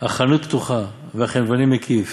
החנות פתוחה, והחנווני מקיף,